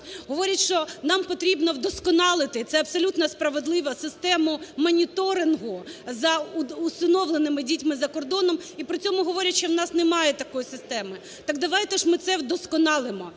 Говорять, що нам потрібно вдосконалити - це абсолютно справедливо, - систему моніторингу за усиновленими дітьми за кордоном, і при цьому говорять, що в нас немає такої системи. Так давайте ж ми це вдосконалимо.